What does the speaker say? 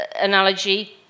analogy